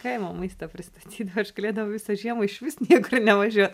kaimo maistą pristatydavo aš galėdavau visą žiemą išvis niekur nevažiuot